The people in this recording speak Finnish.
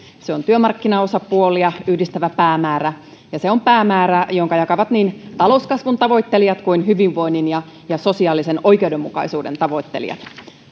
se on työmarkkinaosapuolia yhdistävä päämäärä ja se on päämäärä jonka jakavat niin talouskasvun tavoittelijat kuin hyvinvoinnin ja ja sosiaalisen oikeudenmukaisuuden tavoittelijat